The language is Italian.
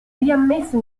riammesso